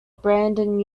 brandon